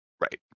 Right